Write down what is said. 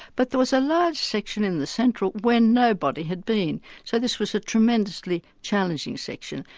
but there was a large section in the central where nobody had been so this was a tremendously challenging section.